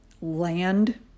land